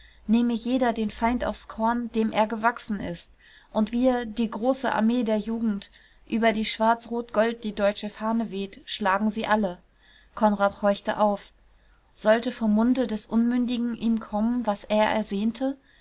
nehme jeder den feind aufs korn dem er gewachsen ist und wir die große armee der jugend über die schwarz-rot-gold die deutsche fahne weht schlagen sie alle konrad horchte auf sollte vom munde des unmündigen ihm kommen was er ersehnte